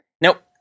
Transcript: Nope